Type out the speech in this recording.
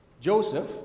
Joseph